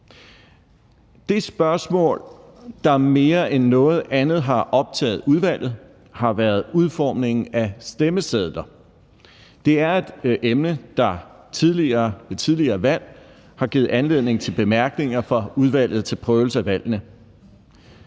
Det spørgsmål, der mere end noget andet har optaget udvalget, har været udformningen af stemmesedler. Det er et emne, der ved tidligere valg har givet anledning til bemærkninger fra Udvalget til Prøvelse af Valgene.